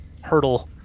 hurdle